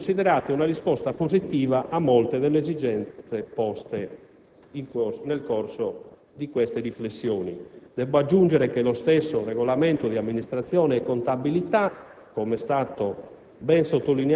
possono essere considerate una risposta positiva a molte delle esigenze poste nel corso di queste riflessioni. Debbo aggiungere che lo stesso Regolamento di amministrazione e contabilità